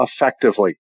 effectively